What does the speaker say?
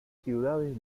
ciudades